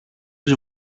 της